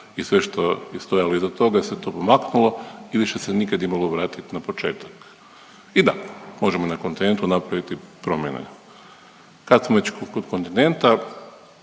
i sve što je stojalo iza toga se to pomaknulo i više se nikad nije moglo vratit na početak. I da možemo na kontinentu napraviti promjene. Kad smo već kod kontinenta